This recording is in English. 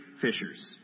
fishers